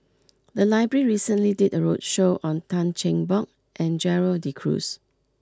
the library recently did a roadshow on Tan Cheng Bock and Gerald De Cruz